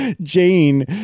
Jane